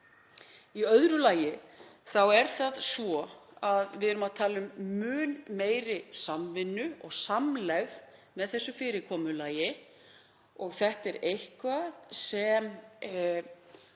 Í öðru lagi erum við að tala um mun meiri samvinnu og samlegð með þessu fyrirkomulagi og þetta er eitthvað sem